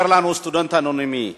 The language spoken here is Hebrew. אומר לנו סטודנט אנונימי: